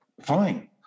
fine